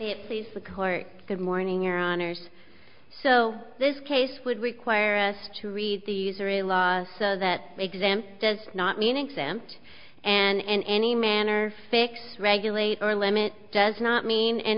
it sees the court good morning your honors so this case would require us to read the usury laws so that exam does not mean exempt and in any manner six regulate or limit does not mean in